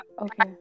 okay